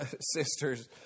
Sisters